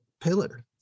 pillar